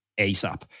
ASAP